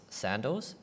sandals